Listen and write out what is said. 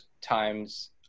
times